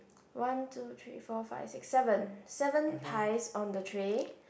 one two three four five six seven seven pies on the tray